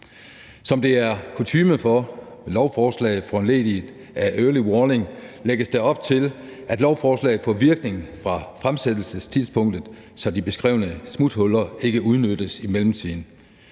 Som det er kutyme for lovforslag foranlediget af early warning, lægges der op til, at lovforslaget får virkning fra fremsættelsestidspunktet, så de beskrevne smuthuller ikke udnyttes i mellemtiden.